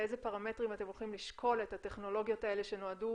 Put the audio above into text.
באילו פרמטרים אתם הולכים לשקול את הטכנולוגיות האלה שנועדו